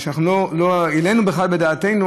לא העלינו בכלל בדעתנו,